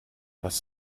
das